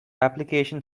application